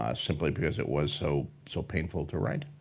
ah simply because it was so so painful to write.